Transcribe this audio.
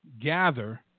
gather